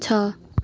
छ